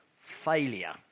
failure